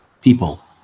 people